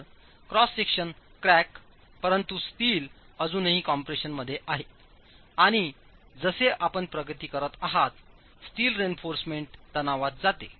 तर cross section crack परंतु steel अजूनही कम्प्रेशनमध्ये आहे आणि जसे आपणप्रगतीकरत आहात स्टील रेइन्फॉर्समेंट तणावात जाते